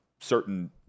certain